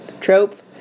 trope